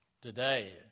today